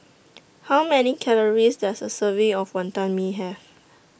How Many Calories Does A Serving of Wonton Mee Have